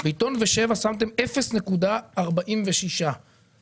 בעיתון "בשבע" שמתם 0.46 מיליון שקלים.